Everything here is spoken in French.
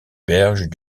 berges